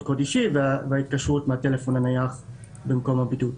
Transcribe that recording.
קוד אישי וההתקשרות מהטלפון הנייח במקום הבידוד.